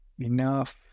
enough